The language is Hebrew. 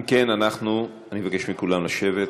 אם כן, אני מבקש מכולם לשבת.